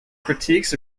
critiques